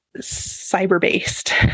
cyber-based